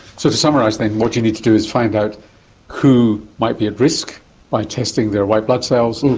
so, to summarise then, what you need to do is find out who might be at risk by testing their white blood cells,